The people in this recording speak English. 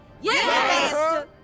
Yes